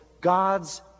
God's